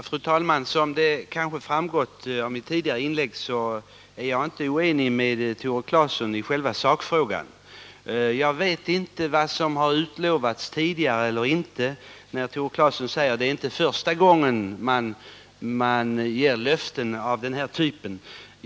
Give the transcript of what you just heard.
Fru talman! Som kanske framgått av mitt tidigare inlägg är jag inte oenig med Tore Claeson i sakfrågan. Jag vet inte vad Tore Claeson syftar på när han säger att det inte är första gången man ger löften av denna typ.